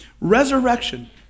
Resurrection